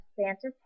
Santa's